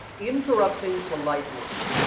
interrupting politely.